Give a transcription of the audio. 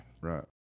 right